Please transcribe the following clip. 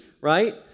right